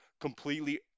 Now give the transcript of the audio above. completely